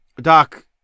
doc